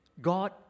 God